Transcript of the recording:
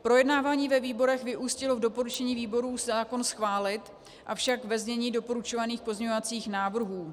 Projednávání ve výborech vyústilo v doporučení výborů zákon schválit, avšak ve znění doporučovaných pozměňovacích návrhů.